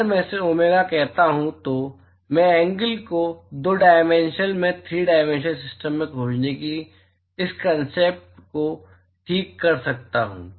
अगर मैं इसे डोमेगा कहता हूं तो मैं एंगल को 2 डायमेंशनल में 3 डायमेंशनल सिस्टम में खोजने की इस कॉन्सेप्ट को ठीक कर सकता हूं